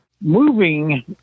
Moving